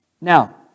Now